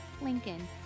Lincoln